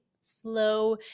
slow